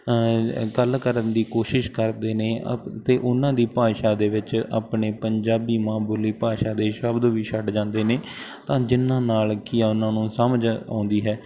ਗੱਲ ਕਰਨ ਦੀ ਕੋਸਿਸ਼ ਕਰਦੇ ਨੇ ਅਤੇ ਉਹਨਾਂ ਦੀ ਭਾਸ਼ਾ ਦੇ ਵਿੱਚ ਆਪਣੀ ਪੰਜਾਬੀ ਮਾਂ ਬੋਲੀ ਭਾਸ਼ਾ ਦੇ ਸ਼ਬਦ ਵੀ ਛੱਡ ਜਾਂਦੇ ਨੇ ਤਾਂ ਜਿਹਨਾਂ ਨਾਲ ਕਿ ਉਹਨਾਂ ਨੂੰ ਸਮਝ ਆਉਂਦੀ ਹੈ